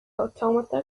automata